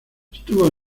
estuvo